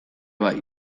bai